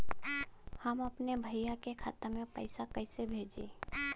हम अपने भईया के खाता में पैसा कईसे भेजी?